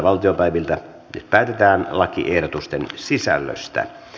nyt päätetään lakiehdotusten sisällöstä